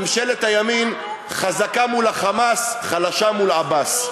ממשלת הימין חזקה מול ה"חמאס" חלשה מול עבאס.